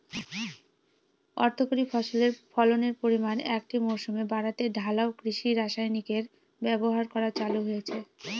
অর্থকরী ফসলের ফলনের পরিমান একটি মরসুমে বাড়াতে ঢালাও কৃষি রাসায়নিকের ব্যবহার করা চালু হয়েছে